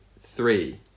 Three